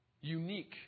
unique